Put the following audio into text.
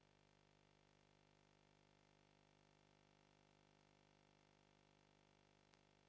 Grazie